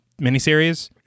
miniseries